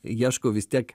ieškau vis tiek